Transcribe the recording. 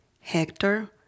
Hector